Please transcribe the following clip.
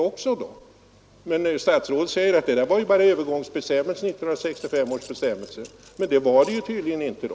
Men statsrådet sade att 1965 års bestämmelser bara var övergångsbestämmelser. Det var de tydligen inte då.